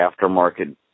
aftermarket